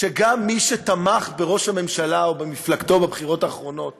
שגם מי שתמך בראש הממשלה ובמפלגתו בבחירות האחרונות